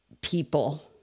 people